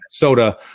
Minnesota